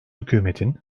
hükümetin